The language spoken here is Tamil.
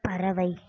பறவை